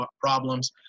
problems